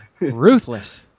Ruthless